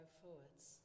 forwards